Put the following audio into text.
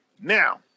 Now